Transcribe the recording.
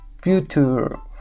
future